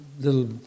little